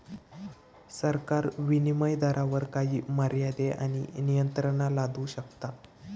सरकार विनीमय दरावर काही मर्यादे आणि नियंत्रणा लादू शकता